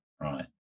right